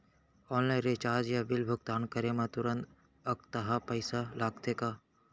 Online recharge या bill भुगतान करे मा तुरंत अक्तहा पइसा लागथे का?